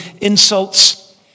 insults